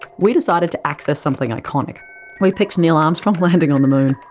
we decided to access something iconic we picked neil armstrong landing on the moon.